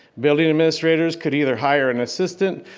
building administrators could either hire an assistant,